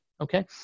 Okay